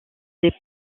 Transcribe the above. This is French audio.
des